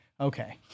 Okay